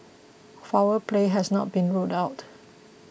foul play has not been ruled out